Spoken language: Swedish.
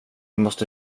måste